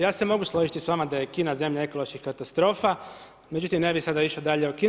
Ja se mogu složiti sa vama da je Kina zemlja ekoloških katastrofa, međutim ne bih sada išao dalje o Kini.